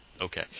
okay